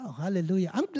Hallelujah